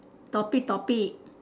topic topic